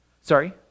Sorry